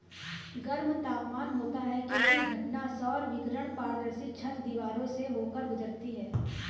गर्म तापमान होता है क्योंकि घटना सौर विकिरण पारदर्शी छत, दीवारों से होकर गुजरती है